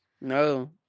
no